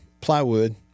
plywood